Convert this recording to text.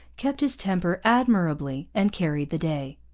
kept his temper admirably and carried the day.